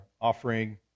offering